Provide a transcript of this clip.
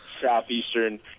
southeastern